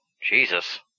Jesus